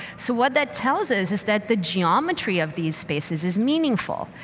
so what that tells us is that the geometry of these spaces is meaningful,